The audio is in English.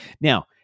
Now